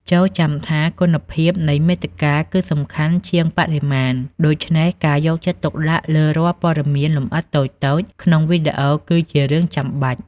ចូរចាំថា គុណភាពនៃមាតិកាគឺសំខាន់ជាងបរិមាណ ដូច្នេះការយកចិត្តទុកដាក់លើរាល់ព័ត៌មានលម្អិតតូចៗក្នុងវីដេអូគឺជារឿងចាំបាច់។